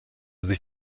sich